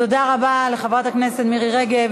תודה רבה לחברת הכנסת מירי רגב,